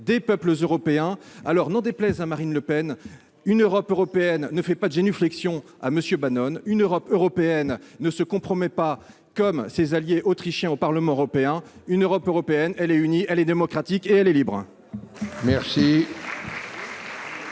des peuples européens, alors, n'en déplaise à Marine Le Pen, une Europe européenne ne fait pas de génuflexions devant M. Bannon ; une Europe européenne ne se compromet pas, comme ses alliés autrichiens au Parlement européen ; une Europe européenne est unie, démocratique et libre